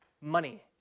money